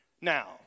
Now